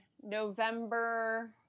November